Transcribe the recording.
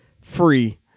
free